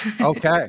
Okay